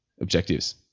objectives